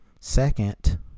Second